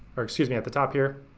or excuse me, at the top here.